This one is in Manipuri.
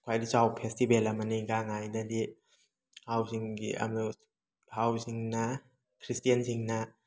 ꯈ꯭ꯋꯥꯏꯗꯩ ꯆꯥꯎꯕ ꯐꯦꯁꯇꯤꯚꯦꯜ ꯑꯃꯅꯤ ꯒꯥꯡꯉꯥꯏꯗꯗꯤ ꯍꯥꯎꯁꯤꯡꯒꯤ ꯌꯥꯝꯅ ꯍꯥꯎꯁꯤꯡꯅ ꯈ꯭ꯔꯤꯁꯇꯦꯟꯁꯤꯡꯅ